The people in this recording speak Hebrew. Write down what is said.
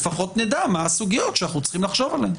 לפחות נדע מה הסוגיות שאנחנו צריכים לחשוב עליהן.